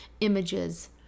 images